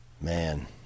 Man